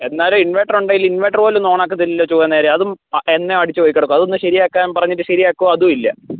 എന്നാലും ഇൻവെട്ടർ ഉണ്ടെങ്കിൽ ഇൻവെട്ടർ പോലും ഒന്ന് ഓണാക്കത്തില്ലല്ലോ ചൊവ്വേ നേരെ അതും എന്നേ അടിച്ചു പോയി കിടക്കുവ അതൊന്ന് ശരിയാക്കാൻ പറഞ്ഞാൽ ശരിയാക്കുവോ അതും ഇല്ല